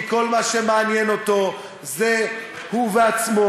כי כל מה שמעניין אותו זה הוא ועצמו,